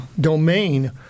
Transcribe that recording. domain